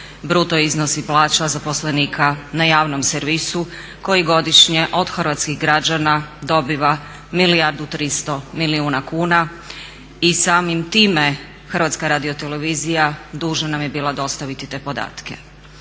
bruto iznosi plaća zaposlenika na javnom servisu koji godišnje od hrvatskih građana dobiva 1 milijardu i 300 milijuna kuna i samim time HRT dužna nam je bila dostaviti te podatke.